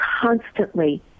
constantly